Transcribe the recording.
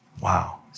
Wow